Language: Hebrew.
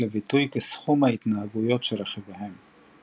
לביטוי כסכום התנהגויות של רכיביהם.